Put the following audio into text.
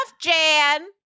Jan